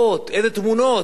דיברת על התקשורת,